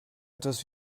etwas